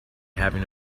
having